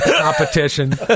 Competition